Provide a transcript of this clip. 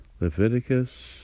Leviticus